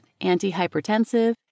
anti-hypertensive